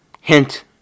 hint